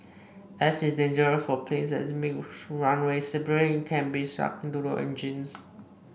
ash is dangerous for planes as it makes runways slippery and can be sucked into their engines